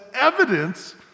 evidence